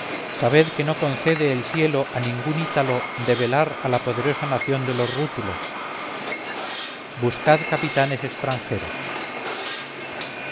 sabed que no concede el cielo a ningún ítalo debelar a la poderosa nación de los rútulos buscad capitanes extranjeros